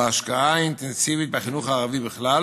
בהשקעה האינטנסיבית בחינוך הערבי בכלל